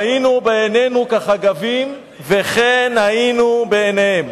והיינו בעינינו כחגבים, וכן היינו בעיניהם.